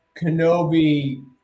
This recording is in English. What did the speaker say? Kenobi